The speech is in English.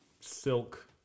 silk